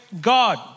God